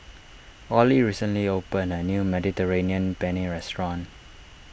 Olie recently opened a new Mediterranean Penne restaurant